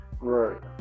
right